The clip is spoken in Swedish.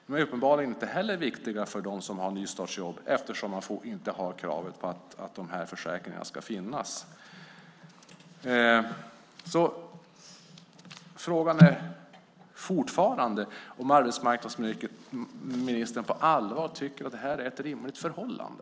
De är uppenbarligen inte heller viktiga för dem som har nystartsjobb, eftersom man inte har kravet att de här försäkringarna ska finnas. Frågan är fortfarande om arbetsmarknadsministern på allvar tycker att det här är ett rimligt förhållande.